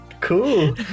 cool